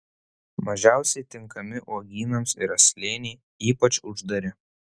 mažiausiai tinkami uogynams yra slėniai ypač uždari